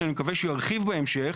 שאני מקווה שהוא ירחיב בהמשך,